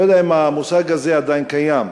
אני לא יודע אם המושג הזה עדיין קיים,